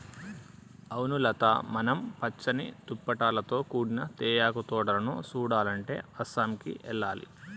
అవును లత మనం పచ్చని దుప్పటాలతో కూడిన తేయాకు తోటలను సుడాలంటే అస్సాంకి ఎల్లాలి